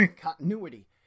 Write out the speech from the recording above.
continuity